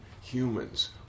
humans